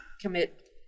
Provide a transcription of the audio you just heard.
commit